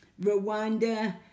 Rwanda